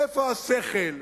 איפה השכל?